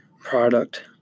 product